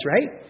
Right